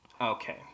Okay